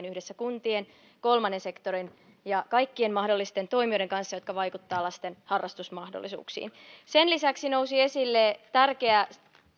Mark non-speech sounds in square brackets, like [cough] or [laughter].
[unintelligible] yhdessä kuntien kolmannen sektorin ja kaikkien mahdollisten toimijoiden kanssa jotka vaikuttavat lasten harrastusmahdollisuuksiin sen lisäksi nousi esille tärkeä